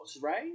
right